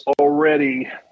already